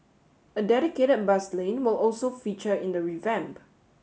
a dedicated bus lane will also feature in the revamp